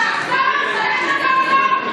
בכלא אתה צריך להיות.